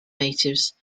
natives